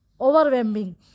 overwhelming